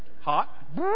Hot